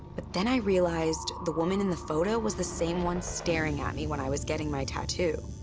but then i realized the woman in the photo was the same one staring at me when i was getting my tattoo.